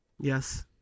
Yes